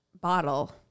bottle